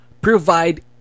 Provide